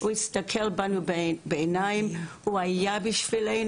הוא הסתכל לנו בעיניים, הוא היה בשבילנו.